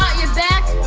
got your back!